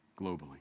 globally